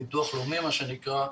ביטוח לאומי מה שנקרא,